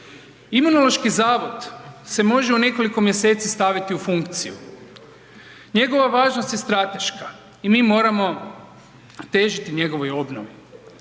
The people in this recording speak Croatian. Imunološki zavod se može u nekoliko mjeseci staviti u funkciju, njegova važnost je strateška i mi moramo težiti njegovoj obnovi.